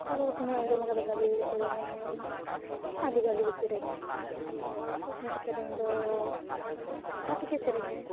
ᱦᱚᱲ ᱠᱚᱴᱷᱮᱱᱤᱧ ᱟᱸᱡᱚᱢ ᱠᱟᱫᱟ ᱵᱷᱟᱹᱞᱤᱜᱮ ᱥᱮᱨᱮᱧᱟᱭ ᱟᱹᱰᱤ ᱵᱷᱟᱹᱞᱤᱜᱮ ᱥᱮᱨᱮᱧᱟᱭ ᱩᱱᱤᱭᱟᱜ ᱥᱮᱨᱮᱧ ᱫᱚ ᱡᱚᱛᱚ ᱜᱮ ᱥᱮᱨᱮᱧᱟᱭ